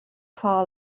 far